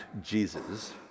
Jesus